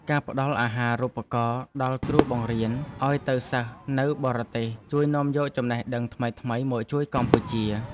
ការផ្តល់អាហារូបករណ៍ដល់គ្រូបង្រៀនឱ្យទៅសិក្សានៅបរទេសជួយនាំយកចំណេះដឹងថ្មីៗមកជួយកម្ពុជា។